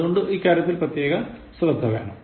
അതുകൊണ്ട് ഇക്കാര്യത്തിൽ പ്രത്യേക ശ്രദ്ധ വേണം